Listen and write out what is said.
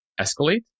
escalate